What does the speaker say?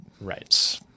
right